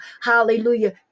hallelujah